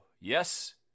Yes